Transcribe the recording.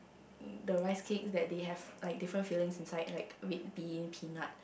the rice cake that they have like different fillings inside like red bean peanut